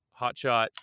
hotshot